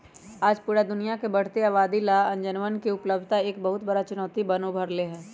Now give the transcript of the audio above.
आज पूरा दुनिया के बढ़ते आबादी ला अनजवन के उपलब्धता एक बहुत बड़ा चुनौती बन कर उभर ले है